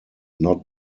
not